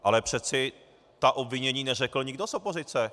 Ale přece ta obvinění neřekl nikdo z opozice!